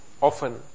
often